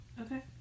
Okay